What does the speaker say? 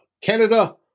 Canada